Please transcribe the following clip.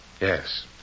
Yes